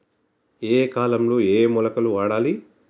ఏయే కాలంలో ఏయే మొలకలు వాడాలి?